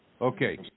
Okay